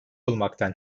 olmaktan